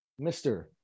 mr